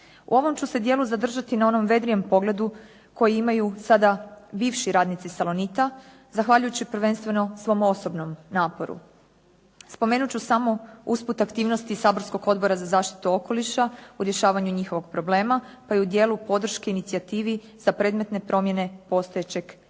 U ovom ću se dijelu zadržati na onom vedrijem pogledu koji imaju sada bivši radnici "Salonita" zahvaljujući prvenstveno svom osobnom naporu. Spomenut ću samo usput aktivnosti saborskog Odbora za zaštitu okoliša u rješavanju njihovog problema, pa i u dijelu podrški, inicijativi za predmetne promjene postojećeg zakona.